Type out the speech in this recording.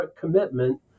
commitment